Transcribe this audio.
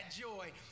joy